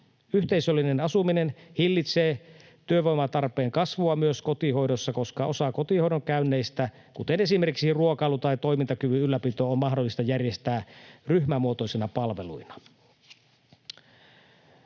Yhteisöllinen asuminen hillitsee työvoiman tarpeen kasvua myös kotihoidossa, koska osa kotihoidon käynneistä, kuten esimerkiksi ruokailu tai toimintakyvyn ylläpito, on mahdollista järjestää ryhmämuotoisina palveluina.